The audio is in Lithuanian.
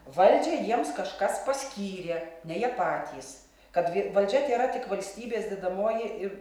valdžią jiems kažkas paskyrė ne jie patys kad valdžia tėra tik valstybės dedamoji ir